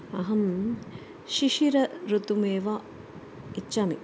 अहं शिशिर ऋतुमेव इच्छामि